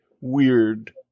weird